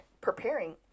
preparing